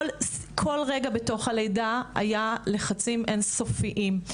כל רגע בתוך הלידה היו לחצים אין סופיים.